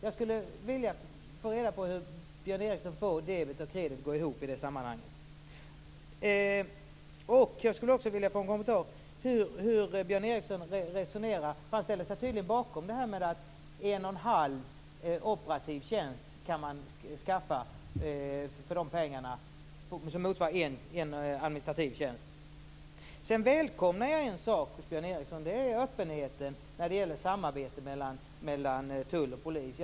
Jag skulle vilja veta hur Björn Ericson får debet och kredit att gå ihop i det sammanhanget. Jag skulle också vilja veta hur Björn Ericson resonerar. Han ställer sig tydligen bakom påståendet att man kan skaffa en och en halv operativ tjänst för pengarna från en administrativ tjänst. Jag välkomnar en sak hos Björn Ericson. Det är öppenheten när det gäller samarbete mellan tull och polis.